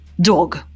Dog